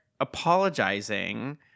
apologizing